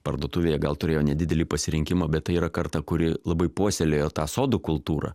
parduotuvėje gal turėjo nedidelį pasirinkimą bet tai yra karta kuri labai puoselėjo tą sodų kultūrą